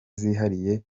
zihariye